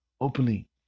Openly